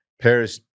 Paris